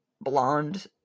blonde